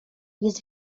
jest